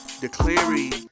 declaring